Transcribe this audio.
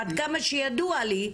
עד כמה שידוע לי,